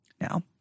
Now